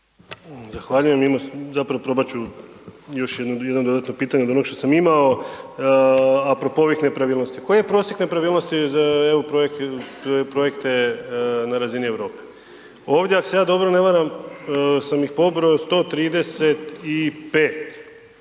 Zahvaljujem. Imam, zapravo probat ću još jedno dodatno pitanje od onog što sam imao, apropo ovih nepravilnosti. Koji je prosjek nepravilnosti za EU projekte na razini Europe? Ovdje je ako se ja dobro ne varam sam ih pobrojo 135